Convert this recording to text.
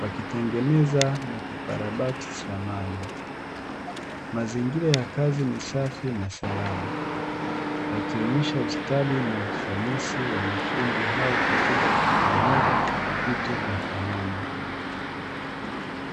Wakitengeneza na kukarabati samani. Mazingira ya kazi ni safi na salama. Yakionyesha ustadi na ufanisi wa mafundi hao, katika kutengeneza vitu vya samani.